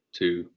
two